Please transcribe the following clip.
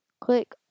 Click